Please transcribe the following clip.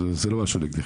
זה לא משהו נגדך.